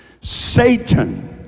Satan